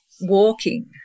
walking